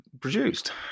produced